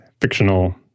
fictional